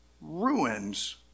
ruins